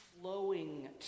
flowing